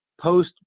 post